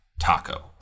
taco